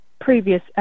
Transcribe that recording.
previous